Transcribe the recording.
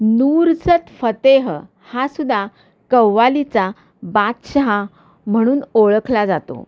नुसरत फतेह हासुद्धा कव्वालीचा बादशहा म्हणून ओळखला जातो